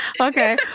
okay